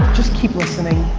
just keep listening.